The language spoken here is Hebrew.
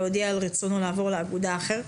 להודיע על רצונו לעבור לאגודה אחרת,